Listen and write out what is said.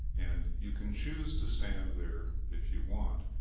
and you can choose to stand there if you want,